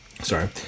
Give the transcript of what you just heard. sorry